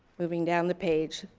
moving down the page.